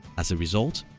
as a result,